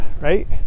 right